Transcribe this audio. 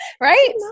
right